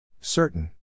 Certain